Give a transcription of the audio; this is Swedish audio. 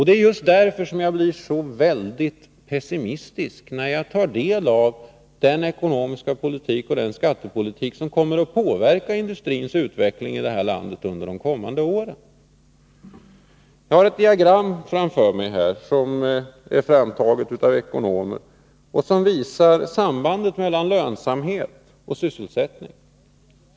Det är just därför som jag blir så väldigt pessimistisk, när jag tar del av den ekonomiska politik och den skattepolitik som kommer att påverka industrins utveckling i det här landet under de kommande åren. Jag har här i min hand ett diagram som är framtaget av ekonomer och som visar sambandet mellan lönsamhet och sysselsättning.